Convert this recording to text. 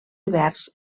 hiverns